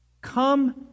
Come